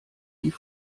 die